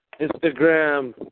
Instagram